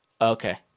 Okay